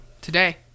today